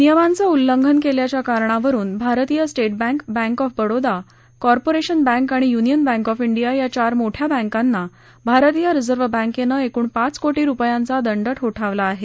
नियमांच उल्लंघन केल्याच्या कारणावरून भारतीय state bank bank of Baroda corporation bank आणि युनियन बँक ऑफ डिया या चार मोठ्या बँकांना भारतीय रिझर्व्ह बँकेनं एकूण पाच कोटी रूपयांचा दंड ठोठावला आहे